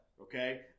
okay